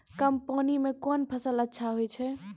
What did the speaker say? कम पानी म कोन फसल अच्छाहोय छै?